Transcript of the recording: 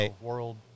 World